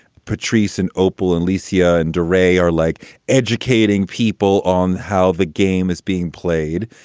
patrice and opal and lisa and deray are like educating people on how the game is being played.